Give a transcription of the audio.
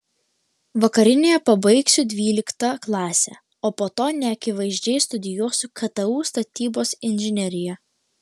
vakarinėje pabaigsiu dvyliktą klasę o po to neakivaizdžiai studijuosiu ktu statybos inžineriją